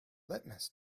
litmus